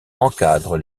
encadre